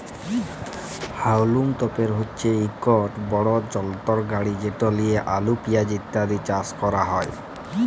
হাউলম তপের হছে ইকট বড় যলত্র গাড়ি যেট লিঁয়ে আলু পিয়াঁজ ইত্যাদি চাষ ক্যরা হ্যয়